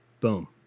Boom